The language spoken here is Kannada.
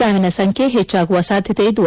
ಸಾವಿನ ಸಂಖ್ಯೆ ಹೆಚ್ಚಾಗುವ ಸಾಧ್ಯತೆಯಿದ್ದು